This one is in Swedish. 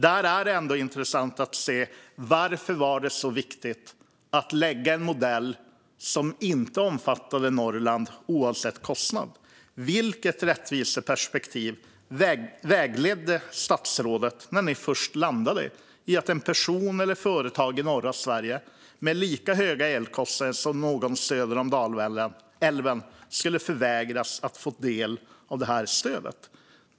Då är det intressant att se varför det var så viktigt att lägga fram en modell som inte omfattade Norrland, oavsett kostnad. Vilket rättviseperspektiv vägledde statsrådet när ni först landade i att en person eller ett företag i norra Sverige med lika höga elkostnader som någon söder om Dalälven skulle förvägras att ta del av det här stödet?